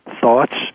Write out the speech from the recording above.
thoughts